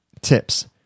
tips